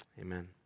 amen